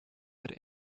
had